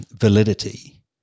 validity